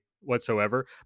whatsoever